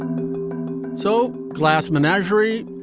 so glass menagerie,